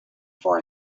for